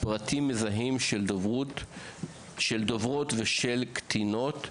פרטים מזהים של דוברות או של קטינות,